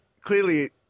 clearly